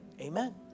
Amen